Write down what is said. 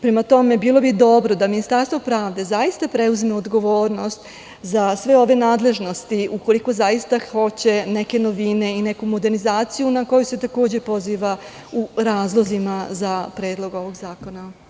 Prema tome, bilo bi dobro da Ministarstvo pravde zaista preuzme odgovornost za sve ove nadležnosti, ukoliko zaista hoće neke novine i neku modernizaciju, na koju se takođe poziva u razlozima za Predlog ovog zakona.